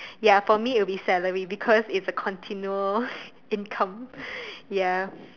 ya for me it will be salary because it's a continual income ya